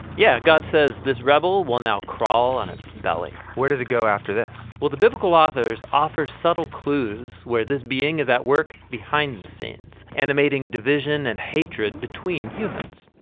yeah, god says this rebel will now crawl on its belly. where does it go after this? well, the biblical authors offer subtle clues where this being is at work behind the scenes, animating division and hatred between humans.